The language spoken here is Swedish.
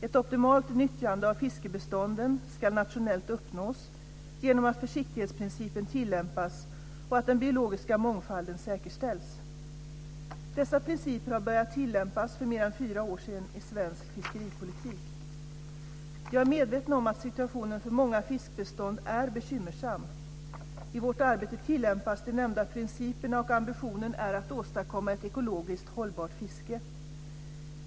Ett optimalt nyttjande av fiskebestånden ska nationellt uppnås genom att försiktighetsprincipen tillämpas och att den biologiska mångfalden säkerställs. Dessa principer har börjat tillämpas för mer än fyra år sedan i svensk fiskeripolitik. Jag är medveten om att situationen för många fiskbestånd är bekymmersam. I vårt arbete tillämpas de nämnda principerna, och ambitionen är att åstadkomma ett ekologiskt hållbart fiske.